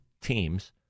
teams